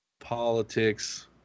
politics